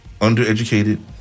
undereducated